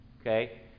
Okay